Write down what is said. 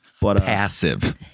Passive